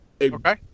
Okay